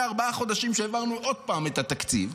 ארבעה חודשים שהעברנו עוד פעם אתה תקציב,